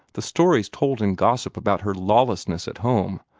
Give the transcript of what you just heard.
the stories told in gossip about her lawlessness at home,